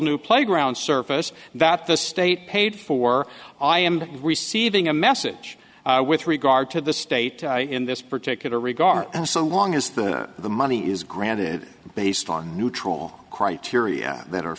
new playground surface that the state paid for i am receiving a message with regard to the state in this particular regard and so long is that the money is granted based on neutral criteria that are